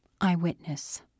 Eyewitness